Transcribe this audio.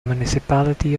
municipality